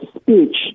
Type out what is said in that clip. speech